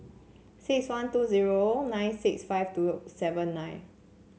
six one two zero nine six five two seven nine